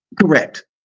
Correct